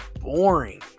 boring